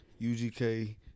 UGK